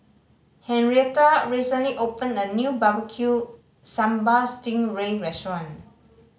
Henrietta recently opened a new Barbecue Sambal sting ray restaurant